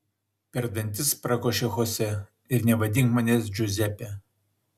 per dantis prakošė chose ir nevadink manęs džiuzepe